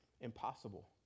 impossible